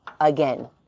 again